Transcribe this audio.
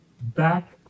back